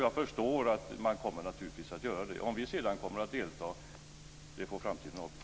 Jag förstår att man naturligtvis kommer att göra det. Om vi sedan kommer att delta får framtiden utvisa.